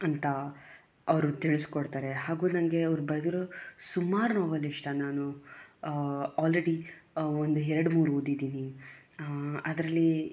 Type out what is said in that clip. ಅಂತ ಅವರು ತಿಳಿಸಿಕೊಡ್ತಾರೆ ಹಾಗೂ ನನಗೆ ಅವರು ಬರೆದಿರೋ ಸುಮಾರು ನೋವೆಲ್ ಇಷ್ಟ ನಾನು ಆಲ್ರೆಡಿ ಒಂದು ಎರಡು ಮೂರು ಓದಿದ್ದೀನಿ ಅದರಲ್ಲಿ